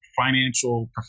financial